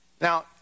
Now